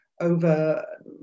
over